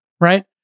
right